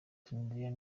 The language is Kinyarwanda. tunisia